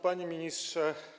Panie Ministrze!